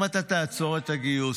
אם אתה תעצור את הגיוס,